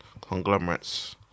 Conglomerates